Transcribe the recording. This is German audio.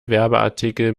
werbeartikel